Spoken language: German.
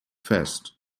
fest